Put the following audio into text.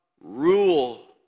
rule